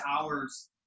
hours